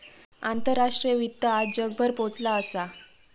आंतराष्ट्रीय वित्त आज जगभर पोचला असा